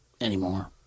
anymore